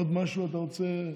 עוד משהו אתה רוצה,